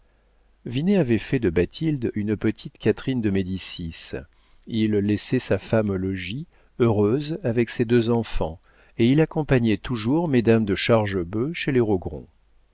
avait fait de bathilde une petite catherine de médicis il laissait sa femme au logis heureuse avec ses deux enfants et il accompagnait toujours mesdames de chargebœuf chez les rogron